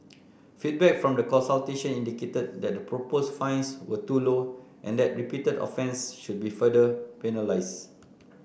feedback from the consultation indicated that the proposed fines were too low and that repeated offences should be further penalised